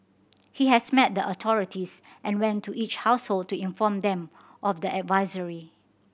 he has met the authorities and went to each household to inform them of the advisory